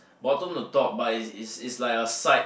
bottom to top but it's it's it's like a side